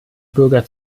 bürger